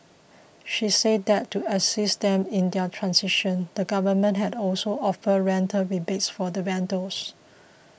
she said that to assist them in their transition the government has also offered rental rebates for the vendors